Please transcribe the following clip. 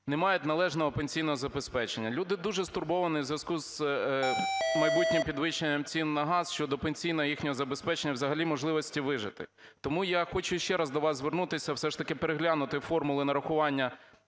не мають належного пенсійного забезпечення. Люди дуже стурбовані в зв'язку з майбутнім підвищенням цін на газ щодо пенсійного їхнього забезпечення і взагалі можливості вижити. Тому я хочу ще раз до вас звернутися все ж таки переглянути формули нарахування